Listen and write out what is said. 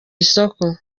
isoko